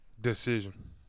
Decision